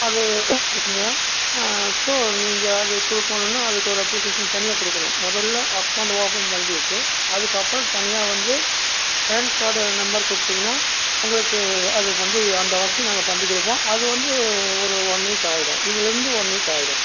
அது இருக்குதுங்க ஸோ நீங்கள் அது கொடுக்கணுன்னா அதுக்கு ஒரு அப்ளிகேஷன் தனியாக கொடுக்கணும் முதல்ல அகௌண்ட் ஓப்பன் பண்ணிட்டு அதுக்கப்புறம் தனியாக வந்து பேன் கார்டு நம்பர் கொடுத்தீங்கன்னா உங்களுக்கு அது வந்து அந்த வசதி நாங்க பண்ணி கொடுப்போம் அது வந்து ஒரு ஒன் வீக் ஆகிடும் இதுலேருந்து ஒன் வீக் ஆகிடும்